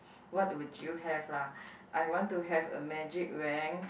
what would you have lah I want to a magic wand